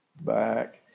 back